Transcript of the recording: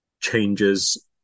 changes